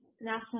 national